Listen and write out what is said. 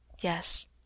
yes